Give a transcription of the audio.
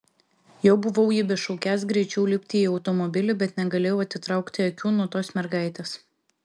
jau buvau jį bešaukiąs greičiau lipti į automobilį bet negalėjau atitraukti akių nuo tos mergaitės